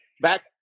back